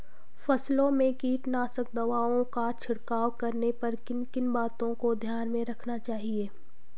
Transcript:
फसलों में कीटनाशक दवाओं का छिड़काव करने पर किन किन बातों को ध्यान में रखना चाहिए?